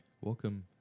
Welcome